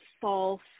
false